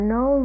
no